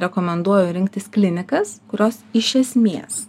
rekomenduoju rinktis klinikas kurios iš esmės